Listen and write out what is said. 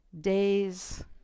days